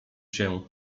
się